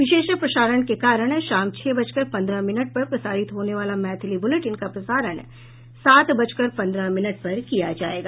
विशेष प्रसारण के कारण शाम छह बजकर पंद्रह मिनट पर प्रसाारित होने वाला मैथिली बुलेटिन का प्रसारण सात बजकर पंद्रह मिनट पर किया जायेगा